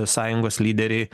sąjungos lyderiai